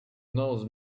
knows